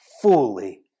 fully